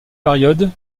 période